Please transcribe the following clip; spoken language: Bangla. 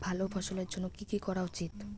ভালো ফলনের জন্য কি কি করা উচিৎ?